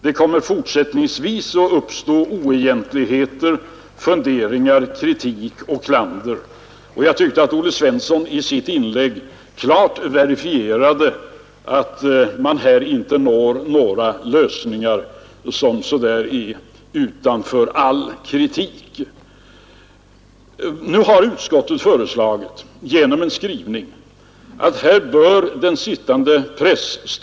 Det kommer fortsättningsvis att uppstå problem, funderingar, kritik och klander, och jag tyckte att Olle Svensson i sitt inlägg klart verifierade att man inte på det sättet når några lösningar som står utanför all kritik. Nu har utskottet föreslagit att den sittande presstödsnämnden bör få hantera denna fråga.